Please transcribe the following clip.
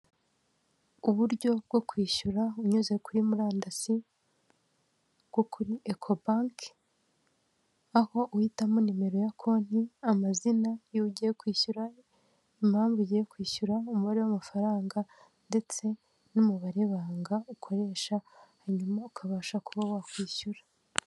Uburyo bwo kwishyura unyuze kuri murandasi bwo kuri Eko banki, aho uhitamo nimero ya konti, amazina y'uwo ugiye kwishyura, impamvu ugiye kwishyura, umubare w'amafaranga ndetse n'umubare banga ukoresha, hanyuma ukabasha kuba wakwishyura.